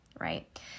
right